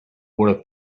what